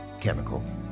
chemicals